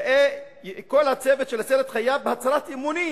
יהא כל הצוות של הסרט חייב בהצהרת אמונים